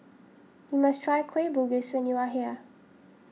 you must try Kueh Bugis when you are here